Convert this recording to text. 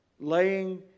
laying